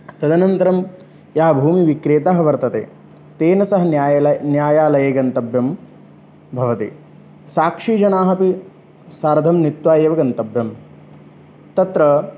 तदनन्तरं या भूमिविक्रेता वर्तते तेन सह न्यायाल न्यायालये गन्तव्यं भवति साक्षीजनाः अपि सार्धं नीत्वा एव गन्तव्यं तत्र